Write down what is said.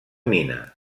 mina